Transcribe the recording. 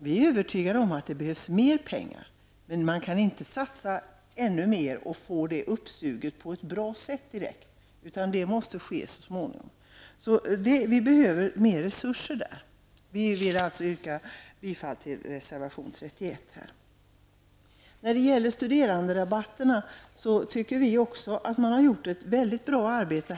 Vi är övertygade om att det behövs ännu mera pengar. Men det går inte att satsa ännu mera pengar, eftersom de inte skulle så att säga sugas upp på ett bra sätt direkt. Det här är någonting som måste ske successivt. Det behövs alltså större resurser i detta sammanhang. Jag yrkar bifall till reservation 31. När det gäller studeranderabatterna tycker också vi att man har gjort ett mycket bra arbete.